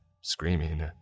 screaming